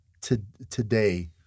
today